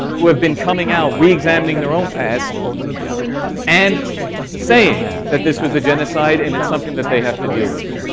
who have been coming out, reexamining their own past and saying that this was a genocide and it's something that they have to deal with.